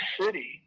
City